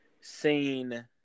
seen